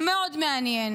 מאוד מעניין.